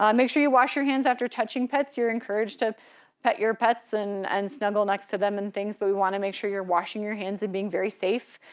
um make sure you wash your hands after touching pets. you're encouraged to pet your pets and and snuggle next to them and things, but we wanna make sure you're washing your hands and being very safe.